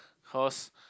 cause